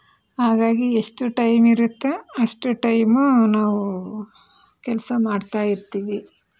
ಹಾಗಾಗಿ ಎಷ್ಟು ಟೈಮ್ ಇರುತ್ತೋ ಅಷ್ಟು ಟೈಮ್ ನಾವು ಕೆಲಸ ಮಾಡ್ತಾ ಇರ್ತೀವಿ